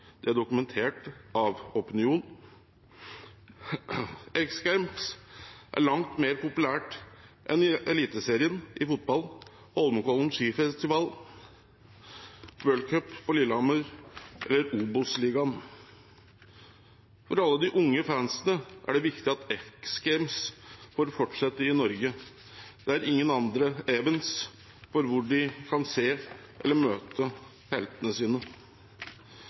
Det er dokumentert av Opinion. X Games er langt mer populært enn Eliteserien i fotball, Holmenkollen Skifestival, World Cup på Lillehammer og OBOS-ligaen. For all den unge fansen er det viktig at X Games får fortsette i Norge. Det er ingen andre events hvor de kan se eller møte heltene sine.